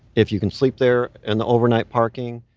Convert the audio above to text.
if you can sleep there in the overnight parking.